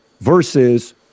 versus